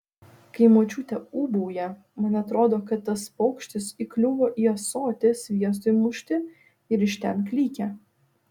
kai močiutė ūbauja man atrodo kad tas paukštis įkliuvo į ąsotį sviestui mušti ir iš ten klykia